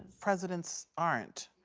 presidents aren't.